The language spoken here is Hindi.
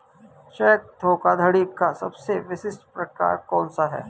चेक धोखाधड़ी का सबसे विशिष्ट प्रकार कौन सा है?